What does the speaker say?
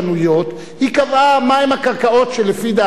היא קבעה מהן הקרקעות שלפי דעתה הן פרטיות.